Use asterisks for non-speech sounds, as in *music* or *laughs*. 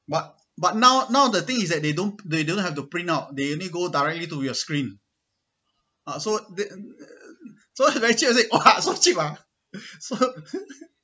but but now now the thing is that they don't they don't have to print out they only go directly to your screen ah so they so eventually !wah! so cheap ah so *laughs*